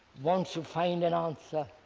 want to find an answer,